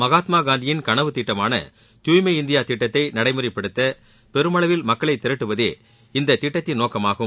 மகாத்மா காந்தியின் கனவு திட்டமான தூய்மை இந்தியா திட்டத்தை நடைமுறைப்படுத்த பெருமளவில் மக்களை திரட்டுவதே இத்திட்டத்தின் நோக்கமாகும்